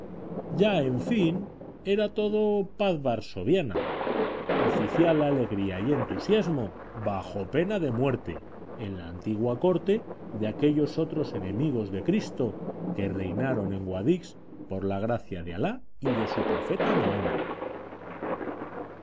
ya en fin era todo paz varsoviana oficial alegría y entusiasmo bajo pena de muerte en la antigua corte de aquellos otros enemigos de cristo que reinaron en guadix por la gracia de alá y de su profeta mahoma